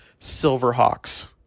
Silverhawks